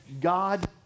God